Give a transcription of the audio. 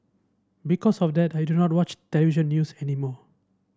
because of that I do not watch television news anymore